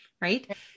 right